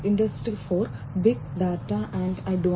industry 4